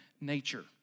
nature